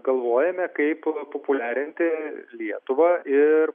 galvojame kaip populiarinti lietuvą ir